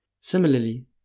Similarly